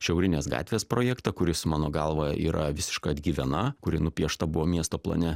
šiaurinės gatvės projektą kuris mano galva yra visiška atgyvena kuri nupiešta buvo miesto plane